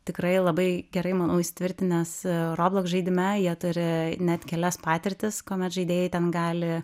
tikrai labai gerai manau įsitvirtinęs robloks žaidime jie turi net kelias patirtis kuomet žaidėjai ten gali